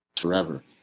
forever